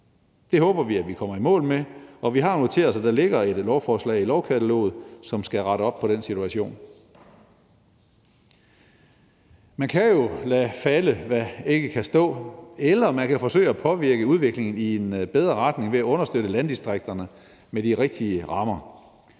Det håber vi at vi kommer i mål med, og vi har noteret os, at der ligger et lovforslag i lovkataloget, som skal rette op på den situation. Man kan jo lade falde, hvad ikke kan stå, eller man kan forsøge at påvirke udviklingen i en bedre retning ved at understøtte landdistrikterne med de rigtige rammer.